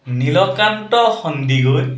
Nilkanta Sandikoi